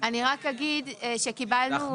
אני רק אגיד שקיבלנו